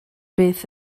beth